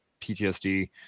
PTSD